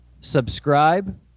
Subscribe